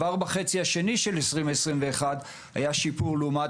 כבר בחצי השני של שנת 2021 היה שיפור לעומת